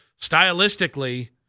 stylistically –